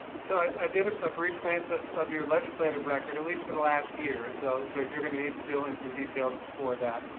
so i did a brief glance of of your legislative record, at least for the last year, and so so you're gonna need to fill in some details before that.